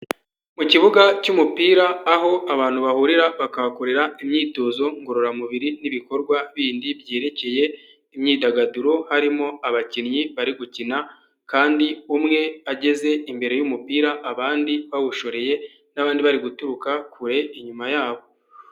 Mu kibuga cy'umupira aho abantu bahurira bakahakorera imyitozo ngororamubiri n'ibikorwa bindi byerekeye imyidagaduro, harimo abakinnyi bari gukina kandi umwe ageze imbere y'umupira abandi bawushoreye n'abandi bari guturuka kure inyuma yabo.